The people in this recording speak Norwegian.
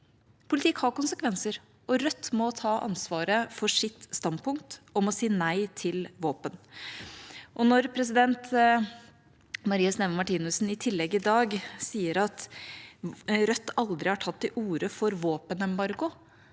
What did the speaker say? Politikk har konsekvenser, og Rødt må ta ansvaret for sitt standpunkt om å si nei til våpen. Marie Sneve Martinussen sier i tillegg i dag at Rødt aldri har tatt til orde for våpenembargo.